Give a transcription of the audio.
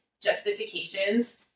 justifications